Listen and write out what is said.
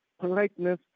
politeness